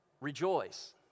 Rejoice